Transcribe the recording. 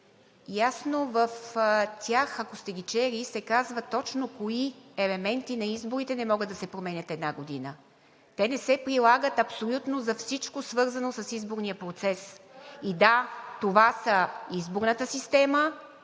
ясно в тях, ако сте ги чели, се казва точно кои елементи на изборите не могат да се променят една година. Те не се прилагат абсолютно за всичко, свързано с изборния процес. Да, това са – изборната система,